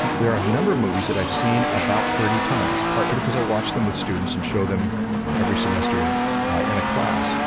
there are a number of movies that i've seen about thirty times partly because i watched them with students and show them every semester in a class.